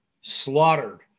slaughtered